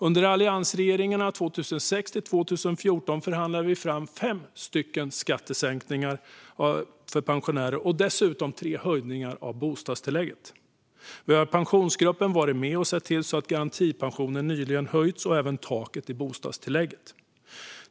Under alliansregeringarna 2006-2014 förhandlade vi fram fem skattesänkningar för pensionärer och dessutom tre höjningar av bostadstillägget. Vi har i Pensionsgruppen varit med och sett till så att garantipensionen nyligen höjts, liksom taket i bostadstillägget.